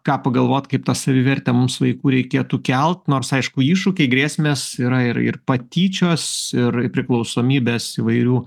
ką pagalvot kaip tą savivertę mūsų vaikų reikėtų kelt nors aišku iššūkiai grėsmės yra ir ir patyčios ir priklausomybės įvairių